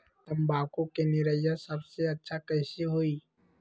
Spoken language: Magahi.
तम्बाकू के निरैया सबसे अच्छा कई से होई?